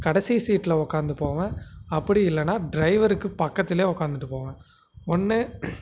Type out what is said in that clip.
கடைசி சீட்டில உட்காந்து போவேன் அப்படி இல்லைனா ட்ரைவருக்கு பக்கத்திலே உக்காந்துட்டு போவேன் ஒன்று